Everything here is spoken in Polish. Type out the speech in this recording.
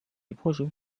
włożył